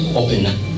open